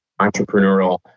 entrepreneurial